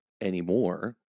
anymore